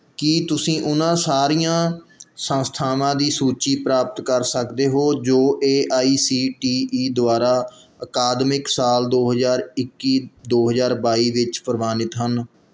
ਕੀ ਤੁਸੀਂ ਉਹਨਾਂ ਸਾਰੀਆਂ ਸੰਸਥਾਵਾਂ ਦੀ ਸੂਚੀ ਪ੍ਰਾਪਤ ਕਰ ਸਕਦੇ ਹੋ ਜੋ A I C T E ਦੁਆਰਾ ਅਕਾਦਮਿਕ ਸਾਲ ਦੋ ਹਜ਼ਾਰ ਇੱਕੀ ਦੋ ਹਜ਼ਾਰ ਬਾਈ ਵਿੱਚ ਪ੍ਰਵਾਨਿਤ ਹਨ